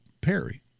Perry